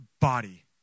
body